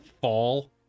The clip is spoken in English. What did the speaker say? fall